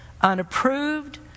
unapproved